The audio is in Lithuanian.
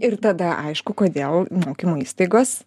ir tada aišku kodėl mokymo įstaigos